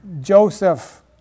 Joseph